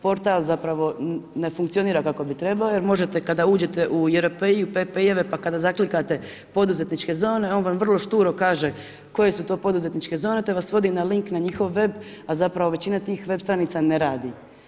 Portal zapravo ne funkcionira kako bi trebao, jer možete kada uđete u JRPI-eve i PPI-eve, pa kada zaklikate poduzetničke zone on vam vrlo šturo kaže koje su to poduzetničke zone, te vas vodi na link na njihov web, a zapravo većina tih web stranica ne radi.